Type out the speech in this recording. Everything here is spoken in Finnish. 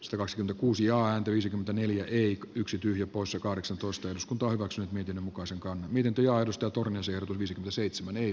se loisi uusia anti viisikymmentäneljä eirik yksi tyhjä poissa kahdeksantoista eduskunta hyväksyi miten muka sekaan niiden työajoista turun seudun viisi aseitsemän eli